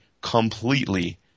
completely